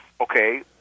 okay